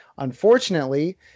Unfortunately